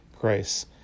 grace